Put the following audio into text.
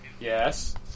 Yes